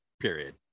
period